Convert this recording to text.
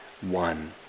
one